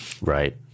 Right